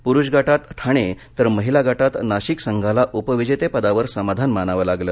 पुरुष गटात ठाणे तर महिला गटात नाशिक संघाला उपविजेतेपदावर समाधान मानावं लागलं